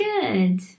good